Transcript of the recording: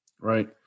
Right